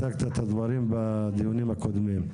הצגת את הדברים בדיונים הקודמים.